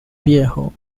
viejo